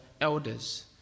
elders